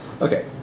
Okay